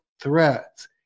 threats